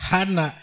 Hana